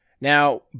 Now